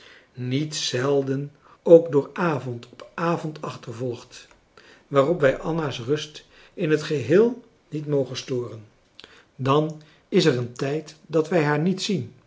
niet zelden ook door avond op avond achtervolgd waarop wij anna's rust in het geheel niet mogen storen dan is er een tijd dat wij haar niet zien